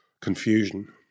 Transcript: confusion